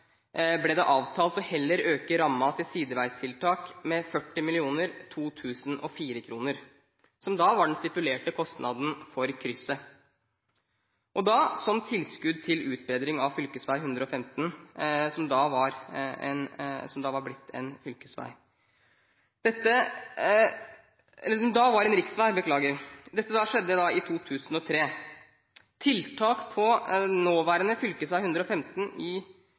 ble avtalt heller å øke rammen til sideveistiltak med 40. mill. 2004-kroner, som var den stipulerte kostnaden for krysset, og da som tilskudd til utbedring av fv. 115, som da var en riksvei. Dette skjedde i 2003. Tiltak på nåværende fv. 115 i